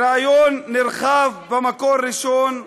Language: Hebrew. בריאיון נרחב ב"מקור ראשון"